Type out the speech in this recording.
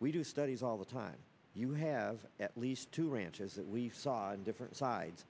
we do studies all the time you have at least two ranches that we saw on different sides